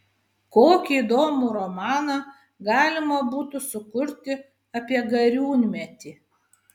kokį įdomų romaną galima būtų sukurti apie gariūnmetį